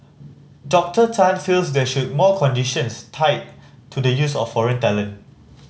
Doctor Tan feels there should more conditions tied to the use of foreign talent